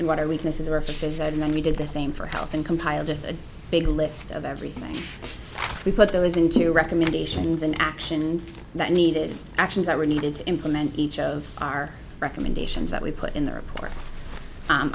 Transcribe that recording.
water weaknesses are a face and then we did the same for health and compile just a big list of everything we put those into recommendations and actions that needed actions that we needed to implement each of our recommendations that we put in the report